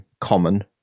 common